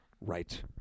Right